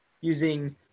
using